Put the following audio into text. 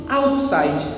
outside